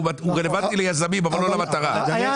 הוא רלוונטי ליזמים, אבל לא למטרה.